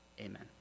amen